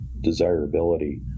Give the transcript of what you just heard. desirability